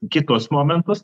kitus momentus